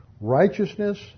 Righteousness